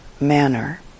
manner